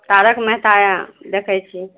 तारक मेहता देखैत छी